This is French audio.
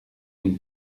une